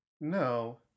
No